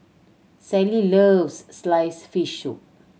Sally loves slice fish soup